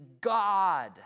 God